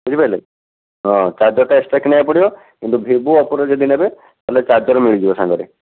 ବୁଝିପାରିଲେ ହଁ ଚାର୍ଜରଟା ଏକ୍ସଟ୍ରା କିଣିବାକୁ ପଡ଼ିବ କିନ୍ତୁ ଭିବୋ ଓପୋର ଯଦି ନେବେ ତା'ହେଲେ ଚାର୍ଜର ମିଳିଯିବ ସାଙ୍ଗରେ